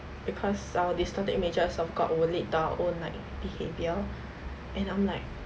because our distorted images of god will lead to our own like behavior and I'm like